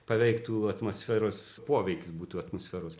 paveiktų atmosferos poveikis būtų atmosferos